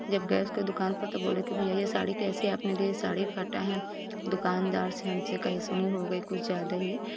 जब गए उसके दुकान पर तो बोले कि भैया ये साड़ी कैसे आपने दिए साड़ी फटा है दुकानदार से हमसे कही सुनी हो गई कुछ ज्यादा ही